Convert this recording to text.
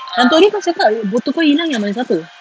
yang tu hari kau cakap botol kau hilang yang mana satu